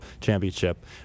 Championship